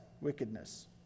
wickedness